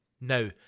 Now